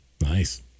nice